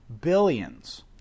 billions